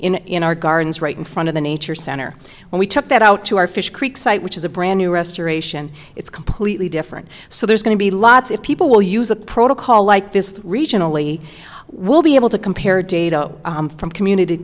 in our gardens right in front of the nature center when we took that out to our fish creek site which is a brand new restoration it's completely different so there's going to be lots of people will use a protocol like this regionally we'll be able to compare data from community